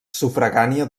sufragània